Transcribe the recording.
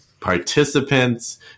participants